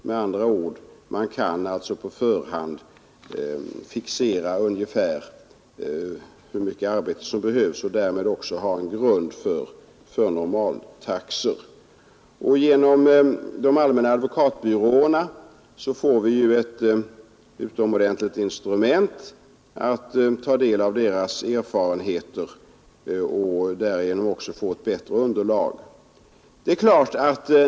Med andra ord kan man på förhand ungefär fixera hur mycket arbete som behöver nedläggas, och därmed kan man ha en grund för fastställande av normaltaxor. Genom att ta del av de allmänna advokatbyråernas erfarenheter får vi ett utomordentligt instrument och ett bättre underlag för bedömande.